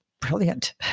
brilliant